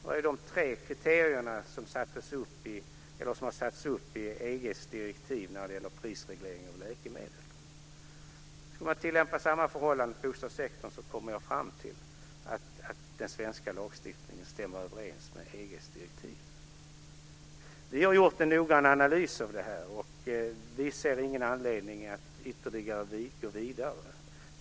Det är dessa tre kriterier som har satts upp i EG:s direktiv om prisreglering av läkemedel. Skulle jag tillämpa samma förhållande på bostadssektorn kommer jag fram till att den svenska lagstiftningen stämmer överens med EG:s direktiv. Vi har gjort en noggrann analys av detta, och jag ser ingen anledning att gå vidare.